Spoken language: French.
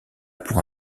pour